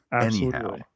Anyhow